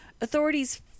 Authorities